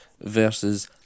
versus